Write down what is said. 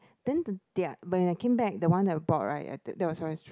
then the their when I came back the one that we bought right at the that was always